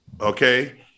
okay